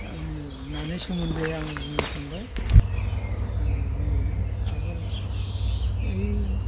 नानि सोमोन्दै आङो बुंनो सानबाय आरो बुंग्रोनि आगोल ओइ